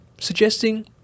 suggesting